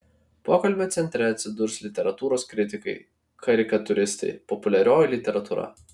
pokalbio centre atsidurs literatūros kritikai karikatūristai populiarioji literatūra